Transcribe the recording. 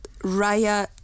Raya